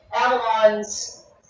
Avalon's